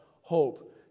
hope